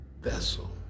vessel